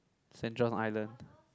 saint-john Island